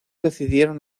decidieron